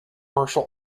martial